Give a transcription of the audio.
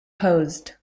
posed